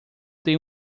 tem